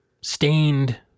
stained